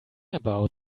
about